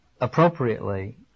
appropriately